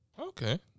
Okay